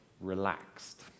relaxed